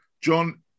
John